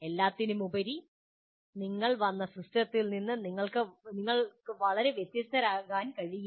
എല്ലാത്തിനുമുപരി നിങ്ങൾ വന്ന സിസ്റ്റത്തിൽ നിന്ന് നിങ്ങൾക്ക് വളരെ വ്യത്യസ്തമായിരിക്കാൻ കഴിയില്ല